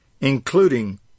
including